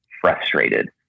frustrated